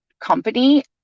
company